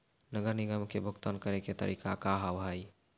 नगर निगम के भुगतान करे के तरीका का हाव हाई?